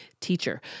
teacher